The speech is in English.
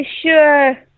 sure